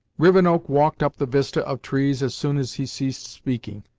rivenoak walked up the vista of trees as soon as he ceased speaking,